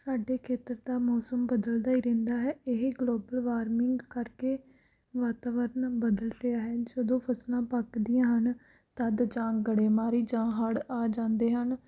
ਸਾਡੇ ਖੇਤਰ ਦਾ ਮੌਸਮ ਬਦਲਦਾ ਹੀ ਰਹਿੰਦਾ ਹੈ ਇਹ ਗਲੋਬਲ ਵਾਰਮਿੰਗ ਕਰਕੇ ਵਾਤਾਵਰਨ ਬਦਲ ਰਿਹਾ ਹੈ ਜਦੋਂ ਫਸਲਾਂ ਪੱਕਦੀਆਂ ਹਨ ਤਦ ਜਾਂ ਗੜੇਮਾਰੀ ਜਾਂ ਹੜ ਆ ਜਾਂਦੇ ਹਨ